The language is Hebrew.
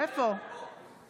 הוא לא אמר.